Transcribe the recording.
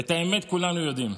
את האמת כולנו יודעים.